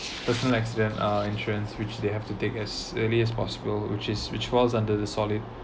personal accident uh insurance which they have to take as early as possible which is which was under the solid